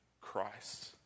Christ